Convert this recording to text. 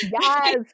Yes